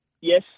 Yes